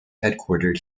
headquartered